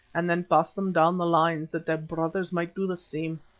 and then pass them down the lines, that their brothers might do the same.